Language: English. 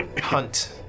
hunt